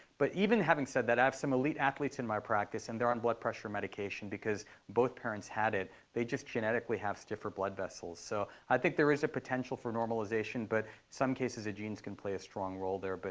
but even having said that, i have some elite athletes in my practice. and they're on blood pressure medication because both parents had it. they just genetically have stiffer blood vessels. so i think there is a potential for normalization. but in some cases, the genes can play a strong role there. but,